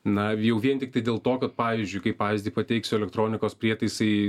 na jau vien tiktai dėl to kad pavyzdžiui kaip pavyzdį pateiksiu elektronikos prietaisai